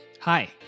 Hi